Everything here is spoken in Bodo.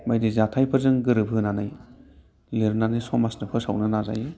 बायदि जाथाइफोरजों होनानै लिरनानै समाजनो फोसावनो नाजायो